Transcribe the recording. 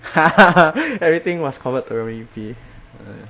everything must convert to 人民币 !aiya!